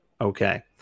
Okay